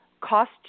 cost